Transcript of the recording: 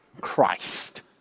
Christ